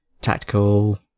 tactical